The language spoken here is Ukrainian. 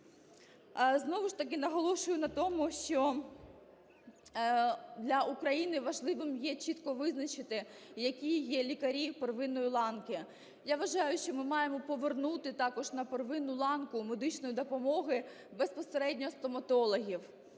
Знову ж таки, наголошую на тому, що для України важливим є чітко визначити, які є лікарі первинної ланки. Я вважаю, що ми маємо повернути також на первинну ланку медичної допомоги безпосередньо стоматологів.